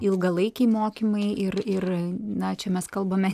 ilgalaikiai mokymai ir ir na čia mes kalbame